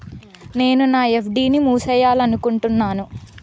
నేను నా ఎఫ్.డి ని మూసేయాలనుకుంటున్నాను